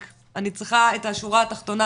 רק אני צריכה את השורה התחתונה.